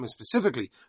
specifically